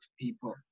people